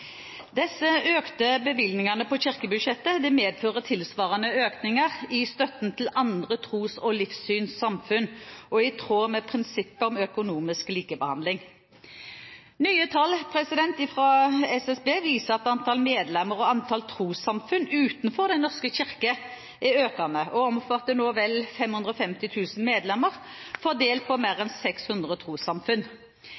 Disse økte bevilgningene på kirkebudsjettet medfører tilsvarende økninger i støtten til andre tros- og livssynssamfunn og er i tråd med prinsippet om økonomisk likebehandling. Nye tall fra SSB viser at antall medlemmer og antall trossamfunn utenfor Den norske kirke er økende, og omfatter nå vel 550 000 medlemmer fordelt på mer